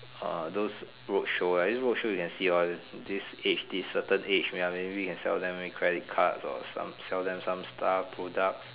uh those roadshow right at least road right you can see about this age this certain age ya maybe you can see them with credit card or some sell them some stuff products